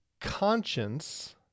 conscience